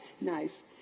Nice